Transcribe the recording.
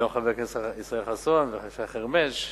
גם חבר הכנסת ישראל חסון ושי חרמש.